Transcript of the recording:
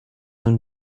own